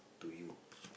to you